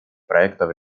проектов